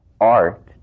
Art